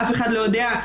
אף אחד לא יודע,